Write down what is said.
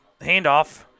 handoff